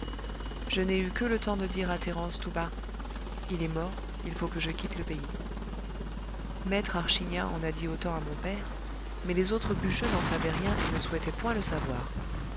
je n'ai eu que le temps de dire à thérence tout bas il est mort il faut que je quitte le pays maître archignat en a dit autant à mon père mais les autres bûcheux n'en savaient rien et ne souhaitaient point le savoir